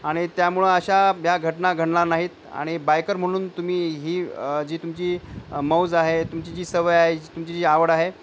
आणि त्यामुळं अशा ब्या घटना घडणार नाहीत आणि बायकर म्हणून तुम्ही ही जी तुमची मौज आहे तुमची जी सवय आहे तुमची जी आवड आहे